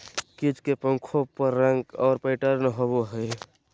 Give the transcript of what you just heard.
कीट के पंखों पर रंग और पैटर्न होबो हइ